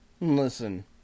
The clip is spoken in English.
Listen